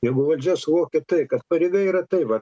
jeigu valdžia suvokia tai kad pareiga yra tai vat